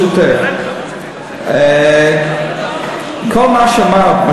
ברשותך, כל מה שאמרת, מה